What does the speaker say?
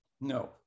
no